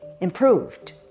improved